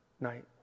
night